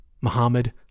Muhammad